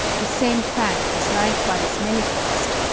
the same fact is likewise manifest,